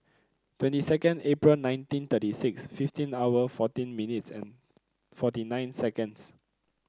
twenty second April nineteen thirty six fifteen hour fourteen minutes and forty nine seconds